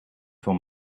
van